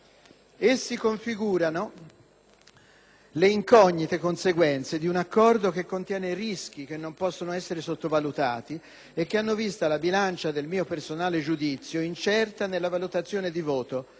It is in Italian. Essi configurano le incognite conseguenze di un accordo che contiene rischi che non possono essere sottovalutati e che hanno visto la bilancia del mio personale giudizio incerta nella valutazione di voto,